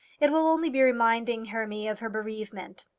it will only be reminding hermy of her bereavement.